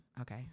Okay